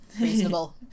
reasonable